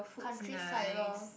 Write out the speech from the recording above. countryside loh